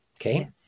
Okay